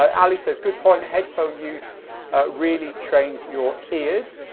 um ali says good point, headphone use really trains your ears.